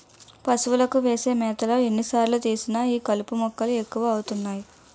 పశువులకు వేసే మేతలో ఎన్ని సార్లు తీసినా ఈ కలుపు మొక్కలు ఎక్కువ అవుతున్నాయి